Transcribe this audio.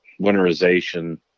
winterization